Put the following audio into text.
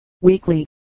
weekly